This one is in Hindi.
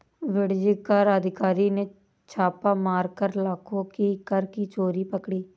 वाणिज्य कर अधिकारी ने छापा मारकर लाखों की कर की चोरी पकड़ी